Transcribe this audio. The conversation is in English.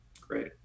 great